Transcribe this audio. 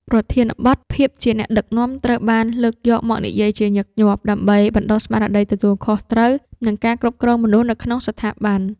ប្រធានបទ ភាពជាអ្នកដឹកនាំ ត្រូវបានលើកយកមកនិយាយជាញឹកញាប់ ដើម្បីបណ្ដុះស្មារតីទទួលខុសត្រូវ និងការគ្រប់គ្រងមនុស្សនៅក្នុងស្ថាប័ន។